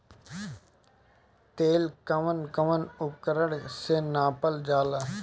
तेल कउन कउन उपकरण से नापल जाला?